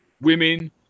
women